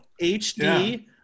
hd